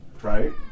Right